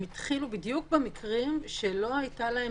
הם התחילו בדיוק במקרים שלא היתה להם